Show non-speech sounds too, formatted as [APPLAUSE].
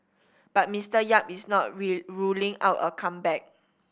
but Mister Yap is not [UNINTELLIGIBLE] ruling out a comeback